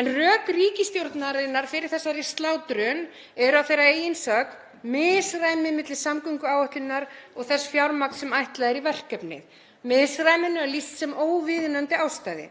En rök ríkisstjórnarinnar fyrir þessari slátrun eru að þeirra eigin sögn misræmi milli samgönguáætlunar og þess fjármagns sem ætlað er í verkefnið. Misræminu er lýst sem óviðunandi ástandi